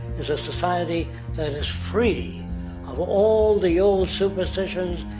is a society that is free of all the old superstitions,